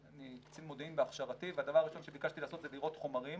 אני קצין מודיעין בהכשרתי והדבר הראשון שביקשתי לעשות זה לראות חומרים.